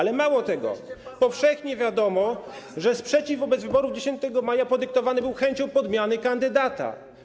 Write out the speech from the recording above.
Ale mało tego, powszechnie wiadomo, że sprzeciw wobec wyborów 10 maja podyktowany był chęcią podmiany kandydata.